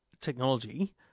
technology